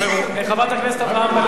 חברת הכנסת אברהם,